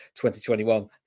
2021